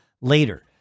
later